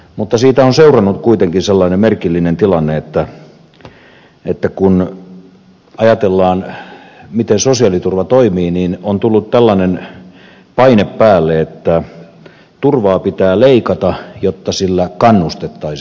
mutta siitä on seurannut kuitenkin sellainen merkillinen tilanne että kun ajatellaan miten sosiaaliturva toimii on tullut tällainen paine päälle että turvaa pitää leikata jotta sillä kannustettaisiin ihmisiä